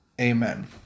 Amen